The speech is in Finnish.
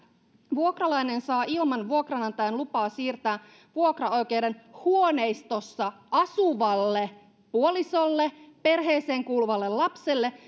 vuokralainen saa ilman vuokranantajan lupaa siirtää vuokraoikeuden huoneistossa asuvalle puolisolle perheeseen kuuluvalle lapselle